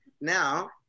now